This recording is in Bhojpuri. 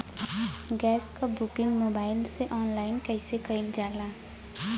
गैस क बुकिंग मोबाइल से ऑनलाइन कईसे कईल जाला?